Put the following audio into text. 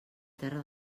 terra